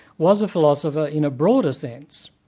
was a philosopher in a broader sense,